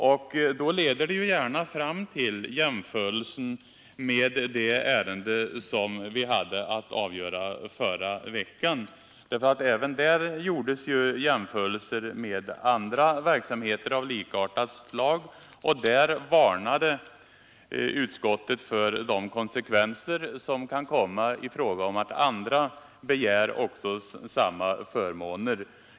Detta leder lätt fram till en jämförelse med det ärende som vi hade att avgöra i förra veckan. Även där gjordes jämförelser med verksamheter likartade dem som diskuterades, och utskottet varnade för de konsekvenser som kunde uppstå genom att andra kunde begära samma förmåner.